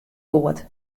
goed